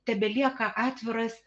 tebelieka atviras